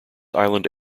island